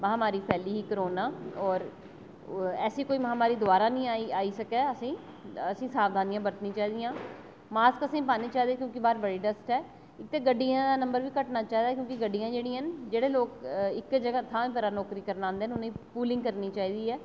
महामारी फैली ही करोना और ऐसी कोई महामारी दोबारा नेईं आई सकै असें ई असें ई सावधानियां बरतनियां चाहिदियां मास्क असें ई पाने चाहिदे क्योंकि बाह्र बड़ी डस्ट ऐ इक ते गड्डियें दा नम्बर बी घटना चाहिदा क्योकि गड्डियां जेह्डियां न जेह्डे़ लोक इक जगह् थां उप्परा नौकरी करन आंदे न उनें ई पोलिंग करनी चाहिदी ऐ